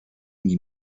nie